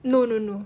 no no no